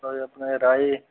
होर अपने राई